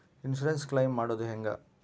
Insurance claim ಮಾಡೋದು ಹೆಂಗ?